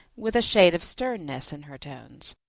with a shade of sternness in her tones,